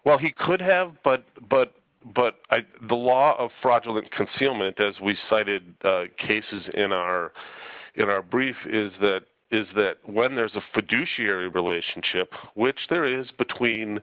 well he could have but but but the law of fraudulent concealment as we cited cases in our in our brief is that is that when there's a fiduciary relationship which there is between